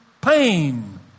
pain